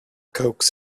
coax